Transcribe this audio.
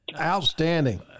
Outstanding